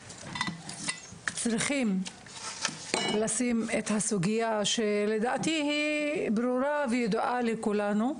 צריכים לשים את הסוגיה שלדעתי היא ברורה וידועה לכולנו,